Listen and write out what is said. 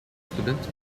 students